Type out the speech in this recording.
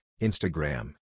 Instagram